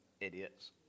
Idiots